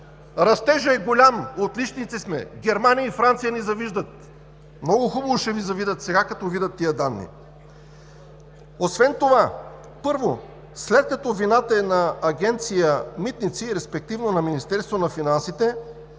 растежът е голям, отличници сме, Германия и Франция ни завиждат!? Много хубаво ще Ви завидят сега, като видят тези данни. Освен това, първо, след като вината е на Агенция „Митници“, респективно на Министерството на финансите,